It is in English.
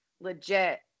legit